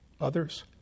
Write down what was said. others